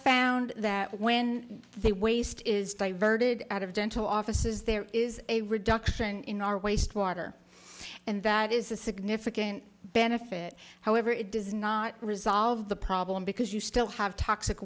found that when they waste is diverted out of dental offices there is a reduction in our waste water and that is a significant benefit however it does not resolve the problem because you still have toxic